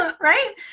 Right